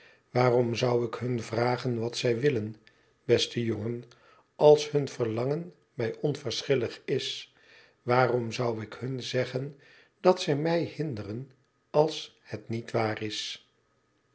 waarom zou ik hun vragen wat zij willen beste jongen als hun verlangen mij onverschillig is waarom zou ik hun zeggen dat zij mij hinderen als het niet waar is